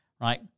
right